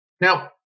Now